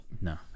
no